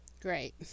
Great